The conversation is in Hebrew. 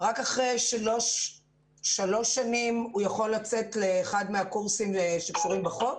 רק אחרי שלוש שנים הוא יכול לצאת לאחד מהקורסים שקשורים בחוק,